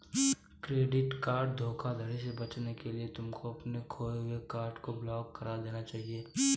credit card धोखाधड़ी से बचने के लिए तुमको अपने खोए हुए कार्ड को ब्लॉक करा देना चाहिए